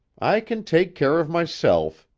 i kin take care of myself,